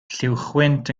lluwchwynt